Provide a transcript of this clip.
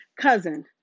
cousin